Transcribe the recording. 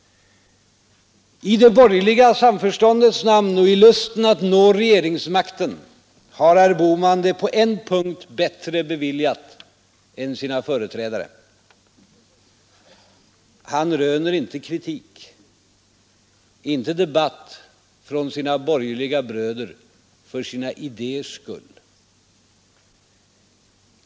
I det borgerliga samförståndets namn och i lusten att nå regeringsmakten har herr Bohman det på en punkt bättre beviljat än sina företrädare. Han röner inte kritik, inte debatt från sina borgerliga bröder för sina idéers skull.